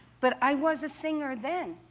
but i was a singer then.